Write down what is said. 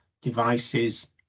devices